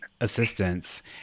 assistance